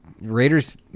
Raiders